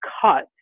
cut